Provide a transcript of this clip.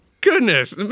Goodness